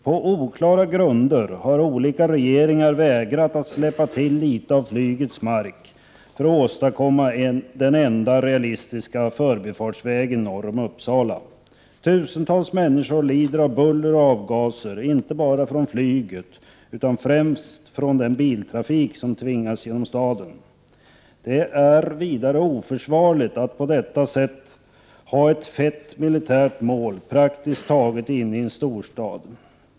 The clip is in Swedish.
På oklara grunder har olika regeringar vägrat att släppa till litet av flygets mark för att åstadkomma den enda realistiska förbifartsvägen norr om Uppsala. Tusentals människor lider av buller och avgaser, inte bara från flyget utan främst från den biltrafik som tvingas genom staden. Det är vidare oförsvarligt att på detta sätt ha ett fett militärt mål praktiskt taget inne i en storstad.